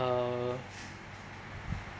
a